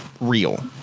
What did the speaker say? real